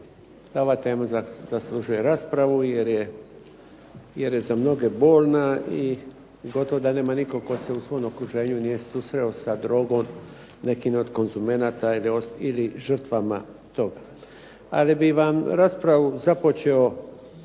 ova tema zaslužuje raspravu jer je za mnoge bolna i gotovo da nema nikog tko se u svom okruženju nije susreo sa drogom, nekim od konzumenata ili žrtvama tog. Ali bih vam raspravu započeo